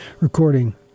recording